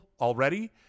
already